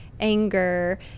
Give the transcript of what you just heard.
anger